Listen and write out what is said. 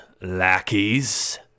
lackeys